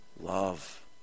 love